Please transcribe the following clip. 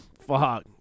fuck